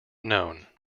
known